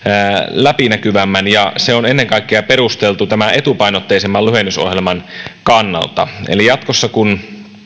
läpinäkyvämmän ja se on perusteltu ennen kaikkea etupainotteisemman lyhennysohjelman kannalta eli jatkossa kun